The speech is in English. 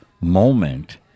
moment